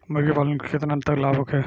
मुर्गी पालन से केतना तक लाभ होखे?